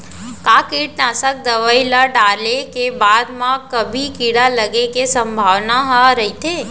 का कीटनाशक दवई ल डाले के बाद म भी कीड़ा लगे के संभावना ह रइथे?